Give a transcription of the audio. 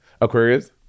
Aquarius